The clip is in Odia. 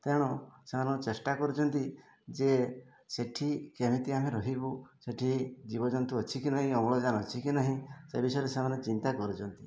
ତେଣୁ ସେମାନଙ୍କୁ ଚେଷ୍ଟା କରୁଛନ୍ତି ଯେ ସେଠି କେମିତି ଆମେ ରହିବୁ ସେଠି ଜୀବଜନ୍ତୁ ଅଛି କି ନାହିଁ ଅମ୍ଳଜାନ୍ ଅଛି କି ନାହିଁ ସେ ବିଷୟରେ ସେମାନେ ଚିନ୍ତା କରୁଛନ୍ତି